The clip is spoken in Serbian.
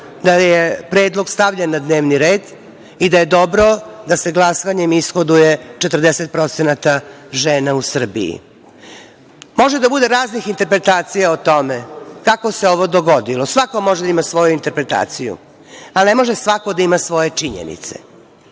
da je predlog stavljen na dnevni red i da je dobro da se glasanjem ishoduje 40% žena u Srbiji. Može da bude raznih interpretacija o tome kako se ovo dogodilo. Svako može da ima svoju interpretaciju, ali ne može svako da ima svoje činjenice.